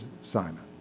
Simon